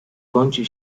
kącie